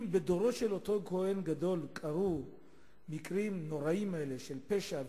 אם בדורו של אותו כוהן גדול קרו המקרים הנוראיים האלה של פשע,